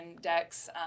decks